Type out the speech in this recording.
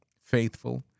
faithful